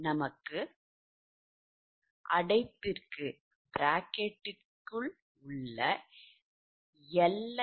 எனவே அடைப்புக்கு உள்ளேLi 1